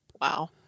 Wow